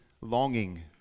longing